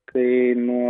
kai nuo